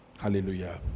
Hallelujah